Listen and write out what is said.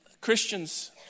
Christians